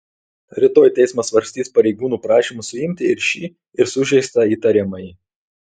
rytoj teismas svarstys pareigūnų prašymus suimti ir šį ir sužeistą įtariamąjį